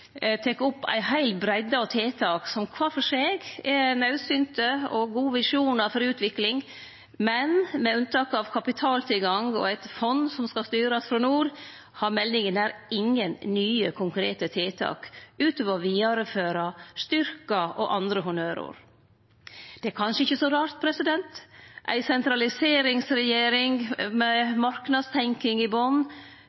tek opp ei heil breidde av tiltak som kvar for seg er naudsynte og har gode visjonar for utvikling, men med unntak av kapitaltilgang og eit fond som skal styrast frå nord, har meldinga ingen nye konkrete tiltak utover «å vidareføre» og «å styrkje» – og andre honnørord. Det er kanskje ikkje så rart med ei sentraliseringsregjering med